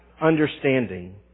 understanding